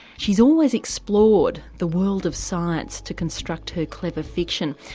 she's always explored the world of science to construct her clever fiction,